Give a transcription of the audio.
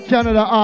Canada